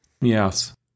Yes